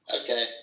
Okay